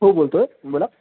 हो बोलतो आहे बोला